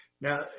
Now